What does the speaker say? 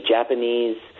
Japanese